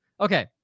Okay